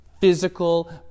physical